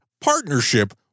partnership